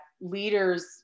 leaders